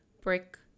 brick